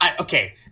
Okay